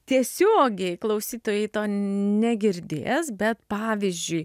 tiesiogiai klausytojai negirdės bet pavyzdžiui